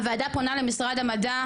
הוועדה פונה למשרד המדע,